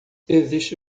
existe